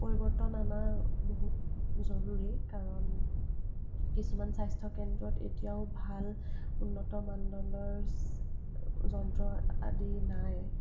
পৰিৱৰ্তন অনা বহুত জৰুৰী কাৰণ কিছুমান স্বাস্থ্যকেন্দ্ৰত এতিয়াও ভাল উন্নত মানদণ্ডৰ যন্ত্ৰ আদি নাই